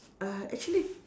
uh actually